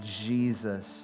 Jesus